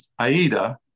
Aida